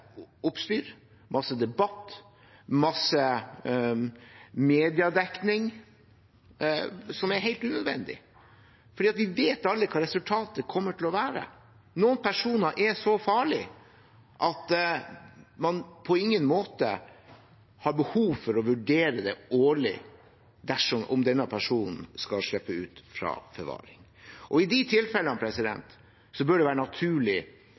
oppstyr, masse debatt og masse mediedekning som er helt unødvendig, for vi vet alle hva resultatet kommer til å være. Noen personer er så farlige at man på ingen måte har behov for å vurdere årlig om denne personen skal slippe ut fra forvaring. Og i de tilfellene bør det være naturlig